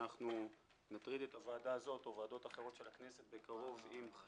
אנחנו נטריד בקרוב את הוועדה הזאת וועדות נוספות של הכנסת